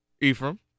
Ephraim